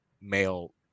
male